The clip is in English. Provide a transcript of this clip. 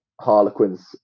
Harlequin's